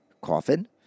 coffin